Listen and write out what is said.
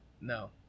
no